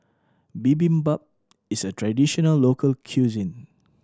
bibimbap is a traditional local cuisine